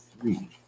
three